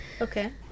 Okay